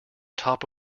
top